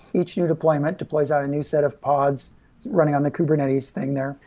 each new deployment deploys out a new set of odds running on the kubernetes thing there,